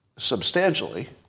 Substantially